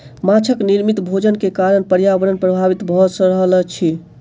माँछक निर्मित भोजन के कारण पर्यावरण प्रभावित भ रहल अछि